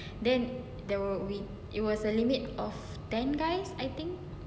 then there were we it was a limit of ten guys I think